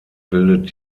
bildet